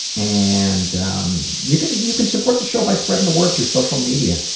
and um you can you can support the show by spreading the word through social media.